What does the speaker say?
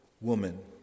woman